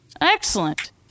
Excellent